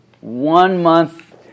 one-month